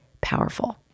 powerful